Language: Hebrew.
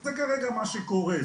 זה כרגע מה שקורה.